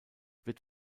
wird